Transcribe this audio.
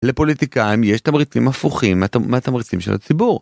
לפוליטיקאים יש תמריצים הפוכים מהתמריצים של הציבור.